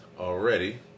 already